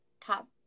top